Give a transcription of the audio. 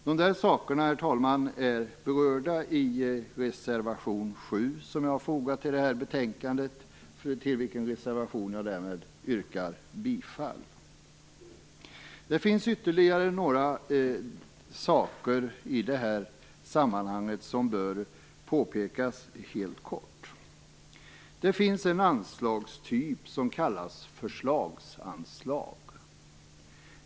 Detta berörs, herr talman, i reservation nr 7, som vi har fogat till betänkandet och till vilken jag härmed yrkar bifall. Det finns ytterligare några saker i sammanhanget som bör påpekas helt kort. Det finns en anslagstyp som kallas förslagsanslag.